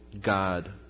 God